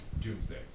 Doomsday